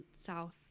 South